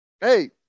Hey